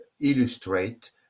illustrate